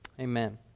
Amen